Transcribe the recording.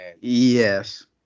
Yes